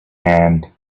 hand